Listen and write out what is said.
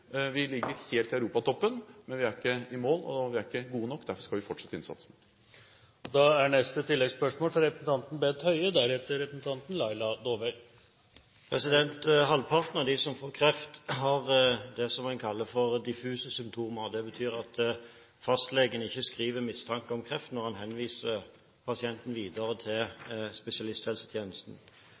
Vi ligger helt i europatoppen, men vi er ikke i mål, og vi er ikke gode nok. Derfor skal vi fortsette innsatsen. Bent Høie – til oppfølgingsspørsmål. Halvparten av dem som får kreft, har det som en kaller diffuse symptomer. Det betyr at fastlegen ikke skriver «mistanke om kreft» når han henviser pasienten videre til spesialisthelsetjenesten.